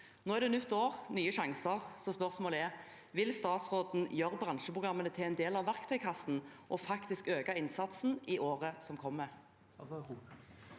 Nå er det nytt år og nye sjanser, så spørsmålet er: Vil statsråden gjøre bransjeprogrammene til en del av verktøykassen og faktisk øke innsatsen i året som kommer?